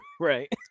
Right